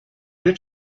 did